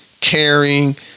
caring